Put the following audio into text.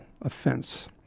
Offense